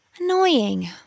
Annoying